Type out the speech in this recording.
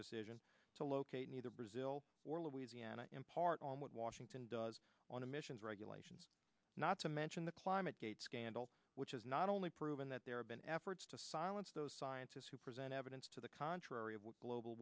decision to locate in either brazil or louisiana in part on what washington does on emissions regulations not to mention the climate gate scandal which is not only proven that there have been efforts to silence those scientists who present evidence to the contrary of global